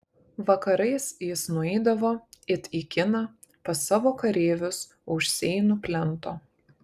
vakarais jis nueidavo it į kiną pas savo kareivius už seinų plento